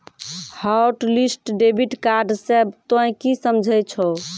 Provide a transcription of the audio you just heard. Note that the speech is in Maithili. हॉटलिस्ट डेबिट कार्ड से तोंय की समझे छौं